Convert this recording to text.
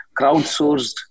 crowdsourced